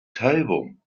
table